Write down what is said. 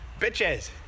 Bitches